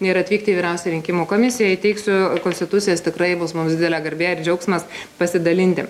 ir atvykti į vyriausiąją rinkimų komisiją įteiksiu konstitucijas tikrai bus mums didelė garbė ir džiaugsmas pasidalinti